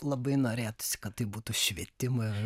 labai norėtųsi kad taip būtų švietimo